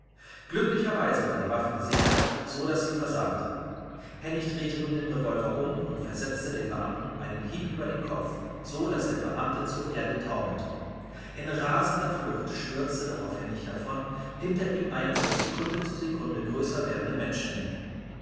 glücklicherweise war die waffe gesichert so daß sie versagte hennig drehte nun den revolver um und versetzte dem beamten einen hieb über den kopf so daß der beamte zur erde taumelte in rasender flucht stürzte darauf hennig davon hinter ihm eine von sekunde zu sekunde größer werdende menschenmenge